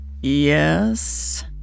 Yes